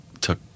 took